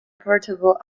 portable